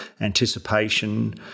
anticipation